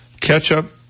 Ketchup